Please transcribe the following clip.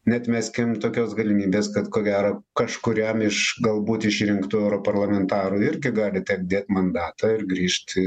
neatmeskim tokios galimybės kad ko gero kažkuriam iš galbūt išrinktų europarlamentarų irgi gali tekt dėt mandatą ir grįžti